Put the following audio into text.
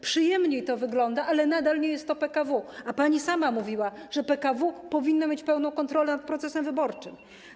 Przyjemniej to wygląda, ale nadal nie jest to PKW, a pani sama mówiła, że PKW powinno mieć pełną kontrolę nad procesem wyborczym.